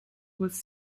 was